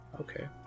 Okay